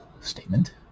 statement